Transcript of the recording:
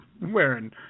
wearing